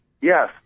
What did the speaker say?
Yes